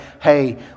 hey